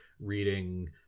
reading